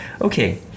Okay